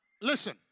listen